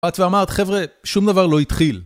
באת ואמרת, חבר'ה, שום דבר לא התחיל.